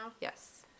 Yes